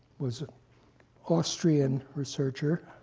was a austrian researcher.